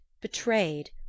betrayed